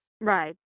Right